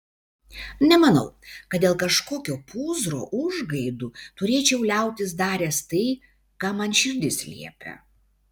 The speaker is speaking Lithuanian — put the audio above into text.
nemanau kad dėl kažkokio pūzro užgaidų turėčiau liautis daręs tai ką man širdis liepia